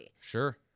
sure